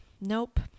nope